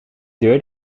deur